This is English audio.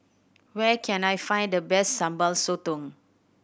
where can I find the best Sambal Sotong